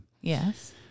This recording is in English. yes